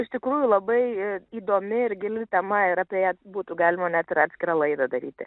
iš tikrųjų labai įdomi ir gili tema ir apie būtų galima net ir atskirą laidą daryti